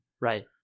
Right